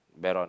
Veron